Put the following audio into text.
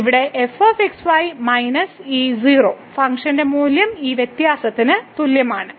ഇവിടെ f x y minus ഈ 0 function മൂല്യം ഈ വ്യത്യാസത്തിന് തുല്യമാണ്